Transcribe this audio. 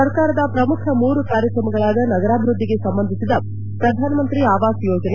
ಸರ್ಕಾರದ ಪ್ರಮುಖ ಮೂರು ಕಾರ್ಯಕ್ರಮಗಳಾದ ನಗರಾಭಿವ್ಯದ್ದಿಗೆ ಸಂಬಂಧಿಸಿದ ಪ್ರಧಾನಮಂತ್ರಿ ಆವಾಸ್ ಯೋಜನೆ